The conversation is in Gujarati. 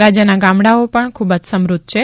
રાજ્યના ગામડાઓ પણ ખૂબ જ સમૃધ્ધ છે